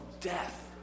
death